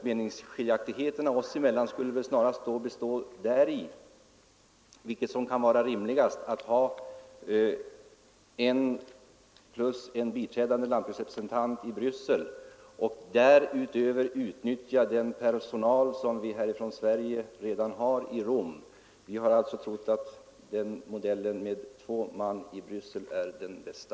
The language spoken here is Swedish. Meningsskiljaktigheterna oss emellan skulle således snarast bestå i olika uppfattningar om vilket som kan vara rimligast — att göra en förstärkning med en biträdande lantbruksrepresentant i Bryssel och därutöver utnyttja den personal som vi från Sverige redan har i Rom, eller att inrätta ytterligare en tjänst i Rom. Vi tror att modellen med två man i Bryssel är den bästa.